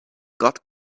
got